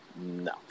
no